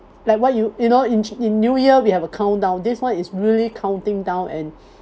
like what you you know in in new year we have a countdown this [one] is really counting down and